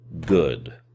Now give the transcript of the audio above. good